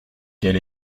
quel